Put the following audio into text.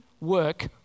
work